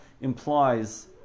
implies